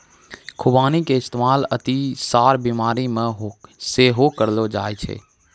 खुबानी के इस्तेमाल अतिसार बिमारी मे सेहो करलो जाय छै